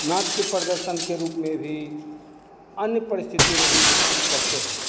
नाट्य प्रदर्शन के रूप में भी अन्य परिस्थितियों में भी विकसित करते हैं